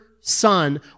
son